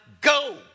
go